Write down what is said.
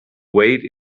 weight